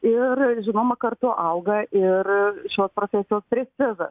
ir žinoma kartu auga ir šios profesijos prestižas